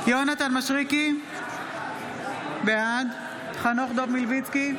מישרקי, בעד חנוך דב מלביצקי,